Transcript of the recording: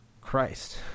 Christ